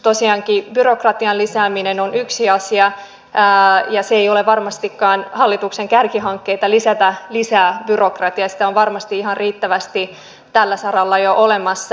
tosiaankin byrokratian lisääminen on yksi asia ja se ei ole varmastikaan hallituksen kärkihankkeita että lisätään byrokratiaa sitä on varmasti ihan riittävästi tällä saralla jo olemassa